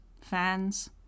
fans